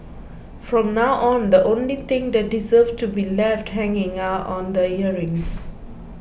from now on the only thing that deserves to be left hanging out on the earrings